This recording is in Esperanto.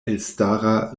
elstara